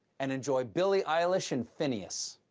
and enjoy billie eilish and finneas.